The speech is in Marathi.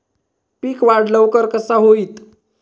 पीक वाढ लवकर कसा होईत?